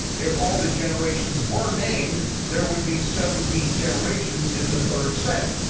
if all the generations were named, there would be seventeen generations in the third set.